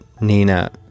Nina